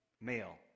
Male